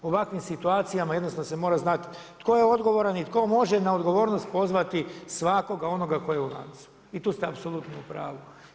U ovakvim situacijama jednostavno se mora znati tko je odgovoran i tko može na odgovornost pozvati svakoga onoga tko je u lancu i tu ste apsolutno u pravu.